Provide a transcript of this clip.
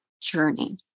journey